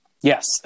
Yes